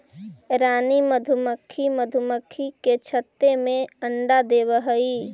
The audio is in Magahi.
रानी मधुमक्खी मधुमक्खी के छत्ते में अंडा देवअ हई